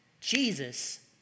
Jesus